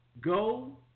go